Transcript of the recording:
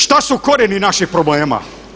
Šta su korijeni naših problema?